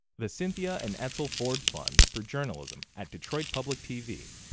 the cynthia and edsel ford fund for journalism, at detroit public tv.